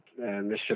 Mr